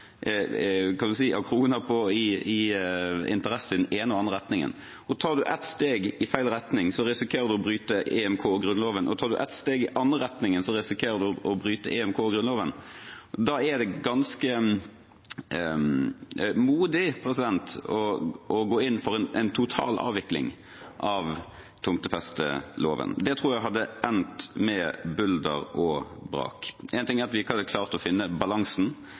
i interesser i den ene eller andre retningen. Tar man ett steg i feil retning, risikerer man å bryte EMK og Grunnloven, og tar man ett steg i den andre retningen, risikerer man å bryte EMK og Grunnloven. Da er det ganske modig å gå inn for en total avvikling av tomtefesteloven. Det tror jeg hadde endt med bulder og brak. Én ting er at vi ikke hadde klart å finne balansen.